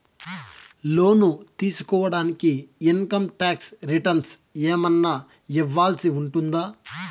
లోను తీసుకోడానికి income tax returns ఏమన్నా ఇవ్వాల్సి ఉంటుందా